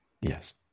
yes